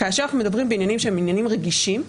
כאשר אנחנו מדברים בעניינים שהם עניינים רגישים,